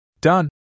Done